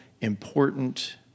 important